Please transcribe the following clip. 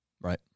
Right